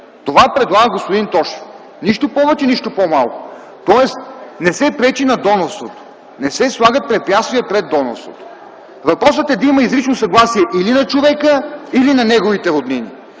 Това предлага господин Тошев. Нищо повече, нищо по-малко. Тоест не се пречи на донорството, не се слагат препятствия пред донорството. Въпросът е да има изрично съгласие или на човека, или на неговите роднини.